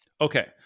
Okay